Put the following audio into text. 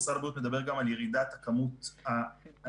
משרד הבריאות מדבר גם על ירידת כמות האנשים